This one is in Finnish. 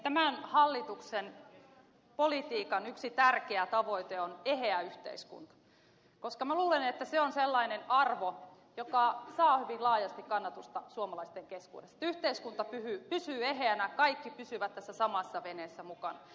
tämän hallituksen politiikan yksi tärkeä tavoite on eheä yhteiskunta koska minä luulen että se on sellainen arvo joka saa hyvin laajasti kannatusta suomalaisten keskuudessa että yhteiskunta pysyy eheänä kaikki pysyvät tässä samassa veneessä mukana